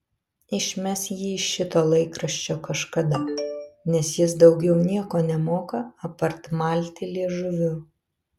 išmes jį iš šito laikraščio kažkada nes jis daugiau nieko nemoka apart malti liežuviu